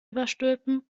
überstülpen